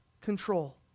control